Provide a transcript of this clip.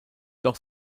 doch